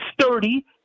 sturdy